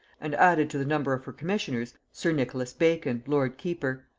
and added to the number of her commissioners sir nicholas bacon, lord-keeper,